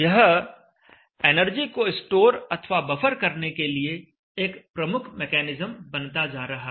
यह एनर्जी को स्टोर अथवा बफर करने के लिए एक प्रमुख मेकैनिज्म बनता जा रहा है